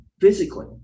physically